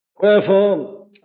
Wherefore